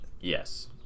yes